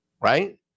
right